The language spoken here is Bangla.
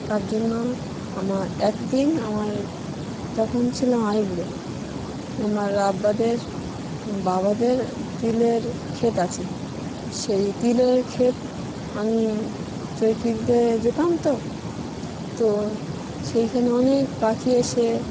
তার জন্য আমার একদিন আমার তখন ছিলাম আইবুড়ো আমার আব্বাদের বাবাদের তিলের ক্ষেত আছে সেই তিলের ক্ষেত আমি চৌকি দিতে যেতাম তো তো সেইখানে অনেক পাখি এসে